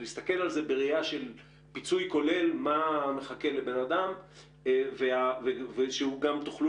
להסתכל על זה בראייה של פיצוי כולל מה מחכה לבן אדם ושגם תוכלו